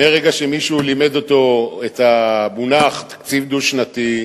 מרגע שמישהו לימד אותו את המונחים "תקציב דו-שנתי"